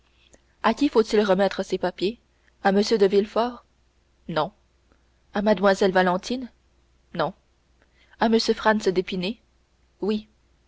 à qui faut-il remettre ces papiers à m de villefort non à mlle valentine non à m franz d'épinay oui